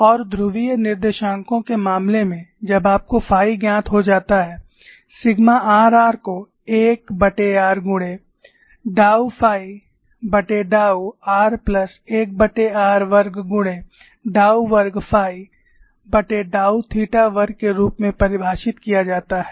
और ध्रुवीय निर्देशांकों के मामले में जब आपको फाई ज्ञात हो जाता है सिग्मा r r को 1r गुणे डाऊ फाईडाऊ r प्लस 1r वर्ग गुणे डाऊ वर्ग फाईडाऊ थीटा वर्ग के रूप में परिभाषित किया जाता है